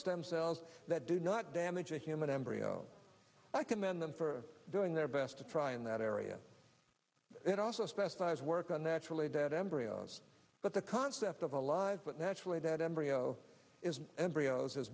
stem cells that do not damage a human embryo i commend them for doing their best to try in that area it also specifies work on naturally that embryos but the concept of alive but naturally that embryo is embryos is